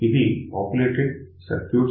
ఇవి populated circuits